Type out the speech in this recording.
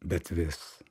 bet vis